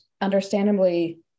understandably